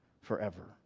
forever